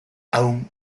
aún